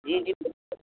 جی جی بالکل